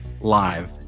live